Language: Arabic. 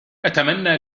أتمنى